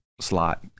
slot